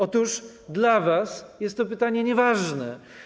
Otóż dla was jest to pytanie nieważne.